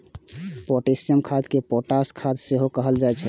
potassium खाद कें potash खाद सेहो कहल जाइ छै